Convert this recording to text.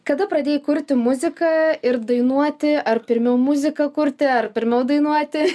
kada pradėjai kurti muziką ir dainuoti ar pirmiau muziką kurti ar pirmiau dainuoti